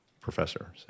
professor